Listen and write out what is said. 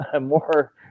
more